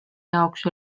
jaoks